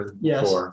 Yes